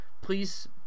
please